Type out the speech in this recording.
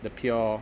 the pure